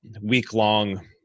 week-long